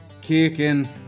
Kicking